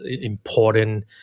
important